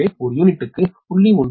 எனவே ஒரு யூனிட்டுக்கு 0